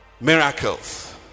miracles